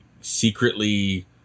secretly